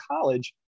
college